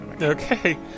Okay